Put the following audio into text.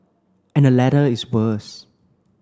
and the latter is worse